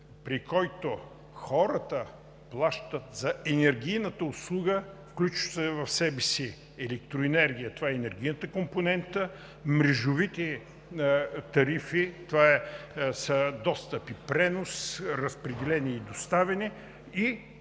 при който хората плащат за енергийната услуга, включваща в себе си електроенергия – това е енергийната компонента, мрежовите тарифи – това са достъп и пренос, разпределение и доставяне, и